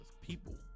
people